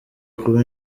kuba